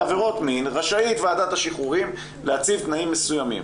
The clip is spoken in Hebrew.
בעבירות מין רשאית ועדת השחרורים להציב תנאים מסוימים.